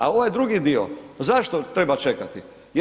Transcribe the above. A ovaj drugi dio, zašto treba čekati?